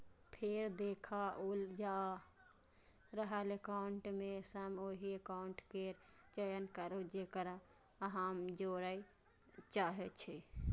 फेर देखाओल जा रहल एकाउंट मे सं ओहि एकाउंट केर चयन करू, जेकरा अहां जोड़य चाहै छी